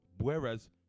Whereas